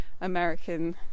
American